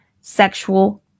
sexual